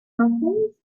muffins